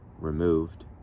removed